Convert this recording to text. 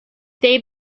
they